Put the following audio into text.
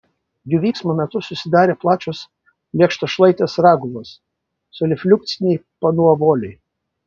jų vyksmo metu susidarė plačios lėkštašlaitės raguvos solifliukciniai panuovoliai